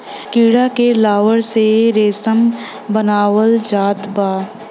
कीड़ा के लार्वा से रेशम बनावल जात बा